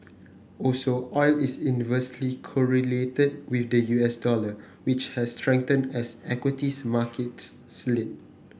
also oil is inversely correlated with the U S dollar which has strengthened as equities markets slid